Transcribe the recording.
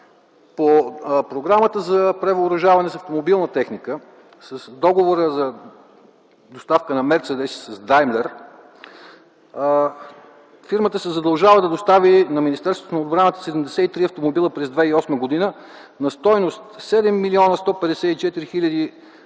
По програмата за превъоръжаване с автомобилна техника с договора за доставка на мерцедеси с „Даймлер” - фирмата се задължава да достави на Министерството на отбраната 73 автомобила през 2008 г. на стойност 7 млн. 154 хил.